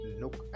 look